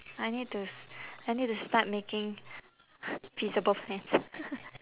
I need to s~ I need to start making feasible plans